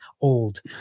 old